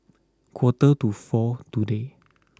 quarter to four today